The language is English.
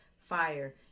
fire